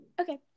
okay